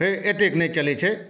हे एतेक नहि चलैत छै